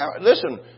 Listen